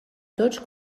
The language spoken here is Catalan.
tots